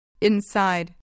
Inside